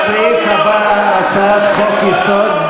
הסעיף הבא: הצעת חוק-יסוד,